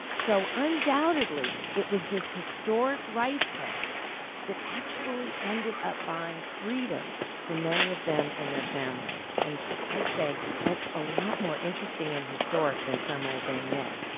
so undoubtedly, it was this historic rice cake that actually ended up buying freedom for many of them and their families. and i'd say that's a lot more interesting and historic than some old beignet yeah